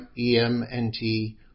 EMNT